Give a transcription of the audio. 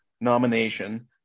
nomination